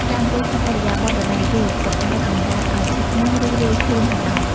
ការអង្គុយក្នុងឥរិយាបថដដែលយូរ ក៏អាចបណ្ដាលឱ្យឈឺខ្នង ឬរោយខ្លួនផងដែរ។